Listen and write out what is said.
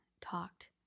talked